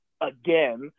again